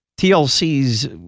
TLC's